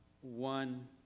one